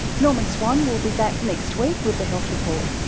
norman swan will be back next week with the health report.